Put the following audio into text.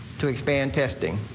to expand testing.